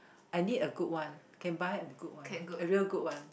I need a good one can buy a good one a real good one